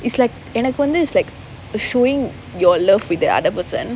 it's like எனக்கு வந்து:enakku vanthu like showing your love with the other person